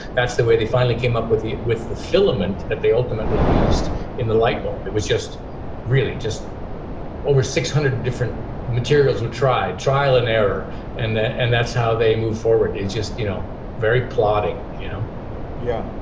that's the way they finally came up with the with the filament that they ultimately used in the light bulb. it was just really just over six hundred different materials and tried trial and error and and that's how they move forward. it's just you know very plodding you know yeah,